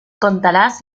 contarás